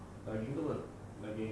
daging itu apa daging